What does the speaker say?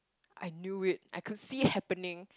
I knew it I could see it happening